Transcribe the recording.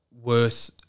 worth